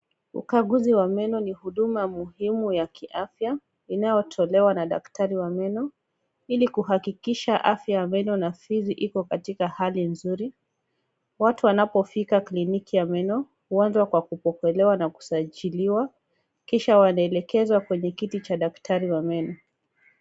Ukaguzi wa meno ni huduma muhimu ya kiafya inayotolewa na daktari wa meno ili kuhakikisha afya ya meno na fizi iko katika hali nzuri. Watu wanapofika katika kliniki ya meno huanza kwa kupokelewa na kusajiliwa kisha wanaelekezwa kwenye kiti cha daktari wa meno.